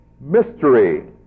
mystery